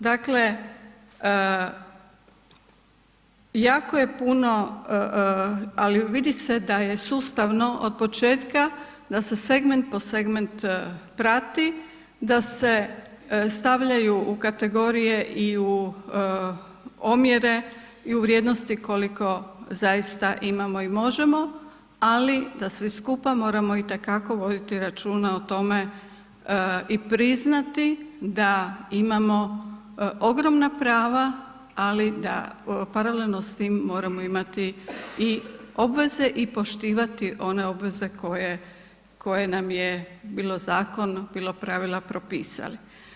Dakle, jako je puno ali vidi se da je sustavno od početka, da se segment po segment prati, da se stavljaju u kategorije i u omjere i u vrijednosti koliko zaista imamo i možemo, ali da svi skupa moramo itekako voditi računa o tome i priznati da imamo ogromna prava, ali da paralelno s tim moramo imati i obveze i poštivati one obveze koje, koje nam je bilo zakon, bilo pravila propisali.